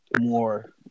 more